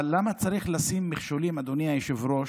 אבל למה צריך לשים מכשולים, אדוני היושב-ראש,